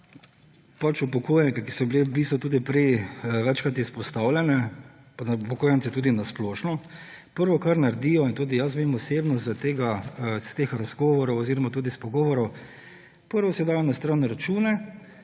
pač upokojenke, ki so bile v bistvu tudi prej večkrat izpostavljene, pa upokojenci tudi na splošno, prvo kar naredijo – tudi vem osebno iz teh razgovorov oziroma tudi iz pogovorov –, prvo si dajo na stran račune